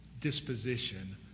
disposition